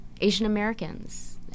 Asian-Americans